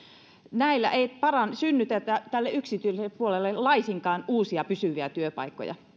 näillä ei synnytetä yksityiselle puolelle laisinkaan uusia pysyviä työpaikkoja